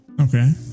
Okay